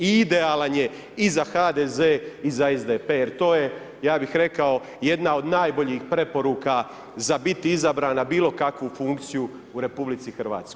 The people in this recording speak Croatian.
I idealan je i za HDZ i za SDP jer to je ja bi rekao jedan od najboljih preporuka za biti izabran na bilo kakvu funkciju u RH.